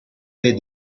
baie